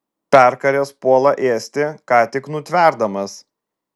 perkaręs puola ėsti ką tik nutverdamas